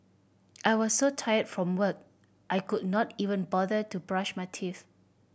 I was so tired from work I could not even bother to brush my teeth